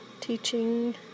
teaching